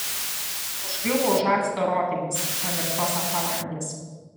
užkliuvo už acto ropinės pamirštos ant palangės